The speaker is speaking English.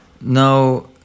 Now